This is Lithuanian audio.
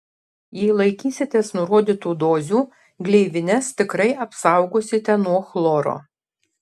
jei laikysitės nurodytų dozių gleivines tikrai apsaugosite nuo chloro